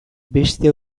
beste